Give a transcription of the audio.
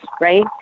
right